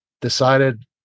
decided